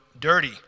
dirty